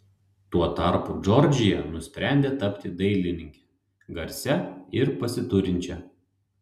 tuo tarpu džordžija nusprendė tapti dailininke garsia ir pasiturinčia